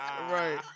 Right